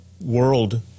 world